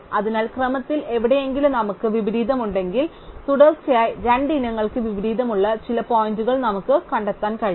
അതിനാൽ ക്രമത്തിൽ എവിടെയെങ്കിലും നമുക്ക് വിപരീതമുണ്ടെങ്കിൽ തുടർച്ചയായി രണ്ട് ഇനങ്ങൾക്ക് വിപരീതമുള്ള ചില പോയിന്റുകൾ നമുക്ക് കണ്ടെത്താൻ കഴിയും